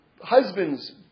husbands